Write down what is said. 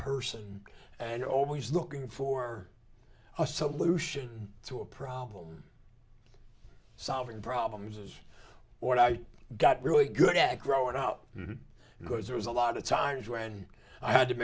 person and always looking for a solution to a problem solving problems is what i got really good at growing up because there was a lot of times when i had to